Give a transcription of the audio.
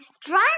drive